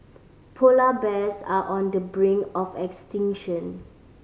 polar bears are on the brink of extinction